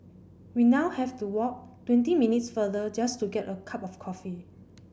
we now have to walk twenty minutes further just to get a cup of coffee